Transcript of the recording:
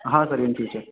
हां sir in future